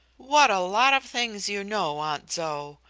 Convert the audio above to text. what a lot of things you know, aunt zoe!